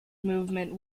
movement